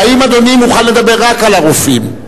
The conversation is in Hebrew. האם אדוני מוכן לדבר רק על הרופאים?